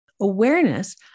Awareness